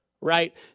right